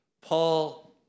Paul